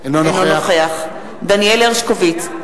אינו נוכח דניאל הרשקוביץ,